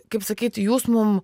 kaip sakyt jūs mum